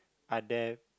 are there